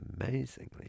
amazingly